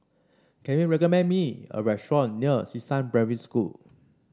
can you recommend me a restaurant near Xishan Primary School